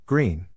Green